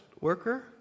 worker